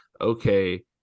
okay –